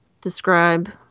describe